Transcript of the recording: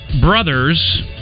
brothers